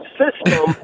system